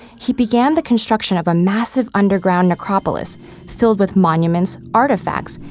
he began the construction of a massive underground necropolis filled with monuments, artifacts,